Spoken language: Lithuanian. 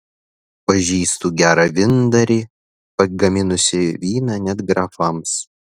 pažįstu gerą vyndarį gaminusi vyną net grafams